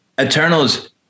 Eternals